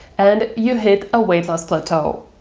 and you hit a weight loss plateau.